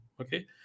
okay